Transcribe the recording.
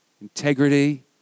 integrity